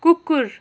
कुकुर